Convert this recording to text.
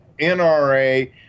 NRA